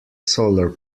solar